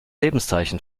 lebenszeichen